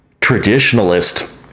traditionalist